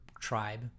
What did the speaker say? tribe